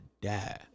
die